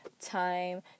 time